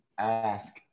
ask